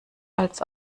als